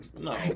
No